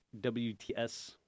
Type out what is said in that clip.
WTS